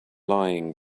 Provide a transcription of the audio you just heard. lying